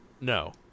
No